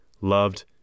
loved